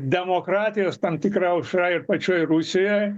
demokratijos tam tikra aušra ir pačioj rusijoj